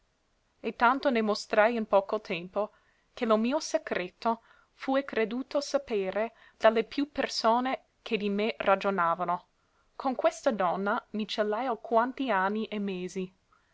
e tanto ne mostrai in poco tempo che lo mio secreto fue creduto sapere da le più persone che di me ragionavano con questa donna mi celai alquanti anni e mesi